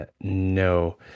No